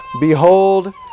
Behold